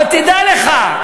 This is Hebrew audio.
תדע לך,